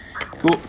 Cool